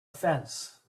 fence